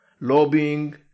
lobbying